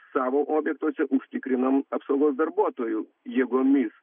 savo objektuose užtikrinam apsaugą darbuotojų jėgomis